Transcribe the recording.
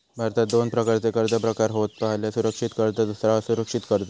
भारतात दोन प्रकारचे कर्ज प्रकार होत पह्यला सुरक्षित कर्ज दुसरा असुरक्षित कर्ज